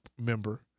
member